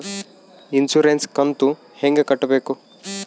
Insurance ಕಂತು ಹೆಂಗ ಕಟ್ಟಬೇಕು?